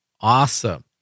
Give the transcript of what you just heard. Awesome